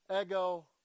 ego